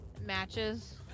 matches